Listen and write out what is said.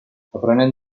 aprenent